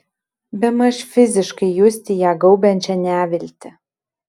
bemaž fiziškai justi ją gaubiančią neviltį